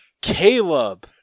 Caleb